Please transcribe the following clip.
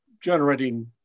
generating